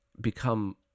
become